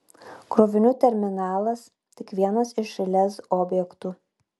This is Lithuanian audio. krovinių terminalas tik vienas iš lez objektų